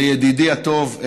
לידידי הטוב,